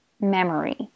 memory